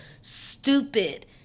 stupid